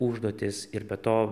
užduotis ir be to